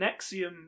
Nexium